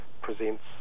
presents